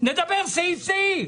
נדבר סעיף סעיף.